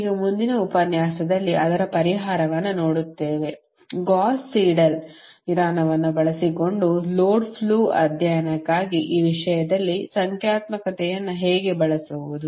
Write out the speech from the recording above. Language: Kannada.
ಈಗ ಮುಂದಿನ ಉಪನ್ಯಾಸದಲ್ಲಿ ಅದರ ಪರಿಹಾರವನ್ನು ನೋಡುತ್ತೇವೆ ಗೌಸ್ ಸೀಡೆಲ್ ವಿಧಾನವನ್ನು ಬಳಸಿಕೊಂಡು ಲೋಡ್ ಫ್ಲೋ ಅಧ್ಯಯನಕ್ಕಾಗಿ ಈ ವಿಷಯದಲ್ಲಿ ಸಂಖ್ಯಾತ್ಮಕತೆಯನ್ನು ಹೇಗೆ ಬಳಸುವುದು